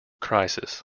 crisis